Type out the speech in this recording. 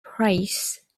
praise